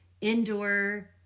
indoor